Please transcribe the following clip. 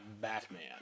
Batman